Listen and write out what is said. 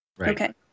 Okay